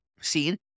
seen